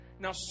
now